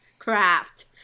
craft